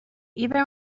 even